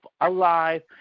alive